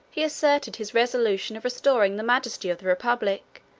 he asserted his resolution of restoring the majesty of the republic,